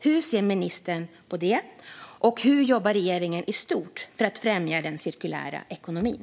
Hur ser miljö och klimatministern på det, och hur jobbar regeringen i stort för att främja den cirkulära ekonomin?